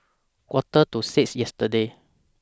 Quarter to six yesterday